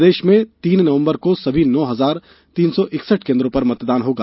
प्रदेश में तीन नवम्बर को सभी नौ हजार तीन सौ इकसठ केन्द्रों पर मतदान होगा